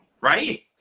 right